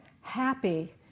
happy